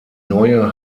neue